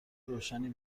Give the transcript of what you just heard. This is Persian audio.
روشنی